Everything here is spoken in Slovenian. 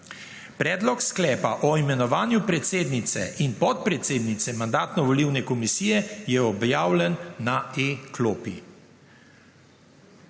Predlog sklepa o imenovanju predsednice in podpredsednice Mandatno-volilne komisije je objavljen na e-klopi.